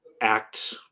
act